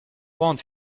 want